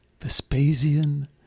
Vespasian